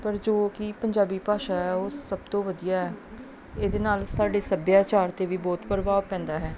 ਪਰ ਜੋ ਕਿ ਪੰਜਾਬੀ ਭਾਸ਼ਾ ਹੈ ਉਹ ਸਭ ਤੋਂ ਵਧੀਆ ਹੈ ਇਹਦੇ ਨਾਲ ਸਾਡੇ ਸੱਭਿਆਚਾਰ 'ਤੇ ਵੀ ਬਹੁਤ ਪ੍ਰਭਾਵ ਪੈਂਦਾ ਹੈ